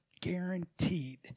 guaranteed